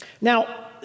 Now